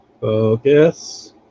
focus